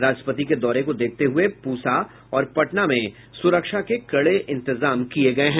राष्ट्रपति के दौरे को देखते हुए पूसा और पटना में सुरक्षा के कड़े इंतजाम किये गये हैं